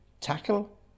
tackle